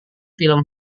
film